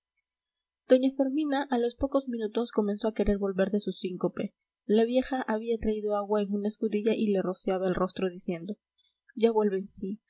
doña fermina a los pocos minutos comenzó a querer volver de su síncope la vieja había traído agua en una escudilla y le rociaba el rostro diciendo ya vuelve en sí